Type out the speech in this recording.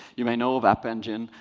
you may know of app engine.